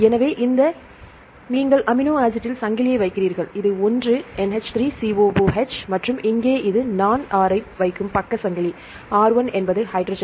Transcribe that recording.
எனவே இங்கே நீங்கள்அமினோ ஆசிட்டில் சங்கிலியை வைக்கிறீர்கள் இது ஒன்று NH3 COOH மற்றும் இங்கே இது நான் R ஐ வைக்கும் பக்க சங்கிலி R1 என்பது ஹைட்ரஜன்